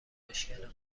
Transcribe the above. بشکنم، این